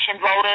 voters